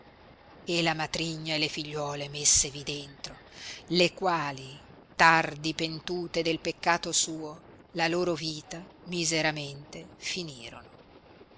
e la matrigna e le figliuole messevi dentro le quali tardi pentute del peccato suo la loro vita miseramente finirono